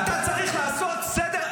אתה צריך לעשות סדר.